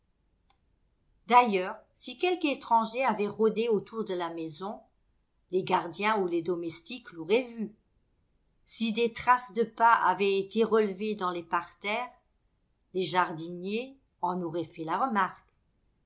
d'ailleurs si quelque étranger avait rôdé autour de la maison les gardiens ou les domestiques l'auraient vu si des traces de pas avaient été relevées dans les parterres les jardiniers en auraient fait la remarque